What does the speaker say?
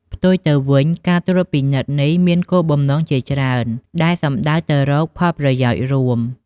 ផ្ទុយទៅវិញ ការត្រួតពិនិត្យនេះមានគោលបំណងជាច្រើនដែលសំដៅទៅរកផលប្រយោជន៍រួម។